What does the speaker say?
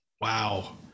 Wow